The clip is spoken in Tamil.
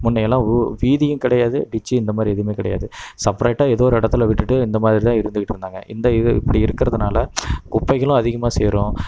முன்னையெல்லாம் ஊ வீதியும் கிடையாது டிச் இந்தமாதிரி எதுவுமே கிடையாது சப்பரெட்டாக ஏதோ ஒரு இடத்தில் விட்டுகிட்டு இந்தமாதிரிதான் இருந்துக்கிட்டு இருந்தாங்க இந்த இது இப்படி இருக்கிறதினால குப்பைகளும் அதிகமாக சேரும்